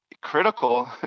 critical